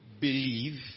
believe